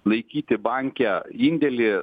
laikyti banke indėlį